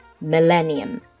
millennium